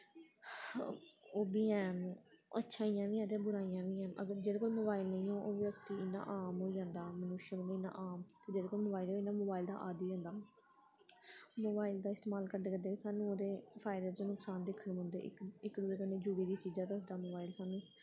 ओह् बी हैन अच्छाइयां बी हैन ते बुराइयां बी हैन अगर जेह्दे कोल मोबाइल नेईं होग ओह् इ'यां आम होई जंदा मनुष्य जियां आम जेह्दे कोल मोबाइल होंदा मोबाइल दा आदी होई जंदा मोबाइल दा इस्तमाल करदे करदे सानूं ओह्दे फायदे च नुकसान दिक्खने पौंदे इक इक दूए कन्नै जुड़ी दियां चीज़ां दसदा मोबाइल सानूं